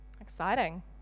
Exciting